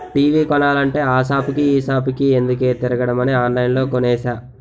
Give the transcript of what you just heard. TV కొనాలంటే ఆ సాపుకి ఈ సాపుకి ఎందుకే తిరగడమని ఆన్లైన్లో కొనేసా